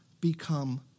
become